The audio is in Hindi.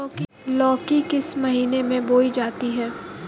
लौकी किस महीने में बोई जाती है?